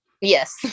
Yes